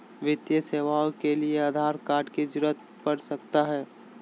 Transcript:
वित्तीय सेवाओं के लिए आधार कार्ड की जरूरत पड़ सकता है?